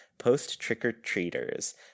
post-trick-or-treaters